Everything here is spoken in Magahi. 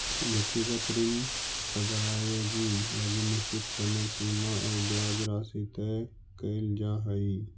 व्यक्तिगत ऋण अदाएगी लगी निश्चित समय सीमा आउ ब्याज राशि तय कैल जा हइ